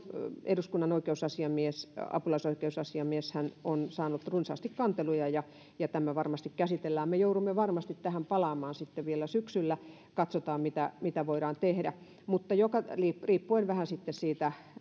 eduskunnan oikeusasiamies ja apulaisoikeusasiamies saaneet runsaasti kanteluja ja ja tämä varmasti käsitellään me joudumme varmasti tähän palaamaan vielä syksyllä katsotaan mitä mitä voidaan tehdä riippuen myös vähän siitä